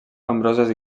nombroses